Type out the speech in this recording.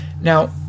Now